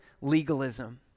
legalism